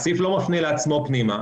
הסעיף לא מפנה לעצמו פנימה,